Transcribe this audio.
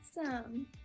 Awesome